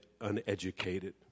uneducated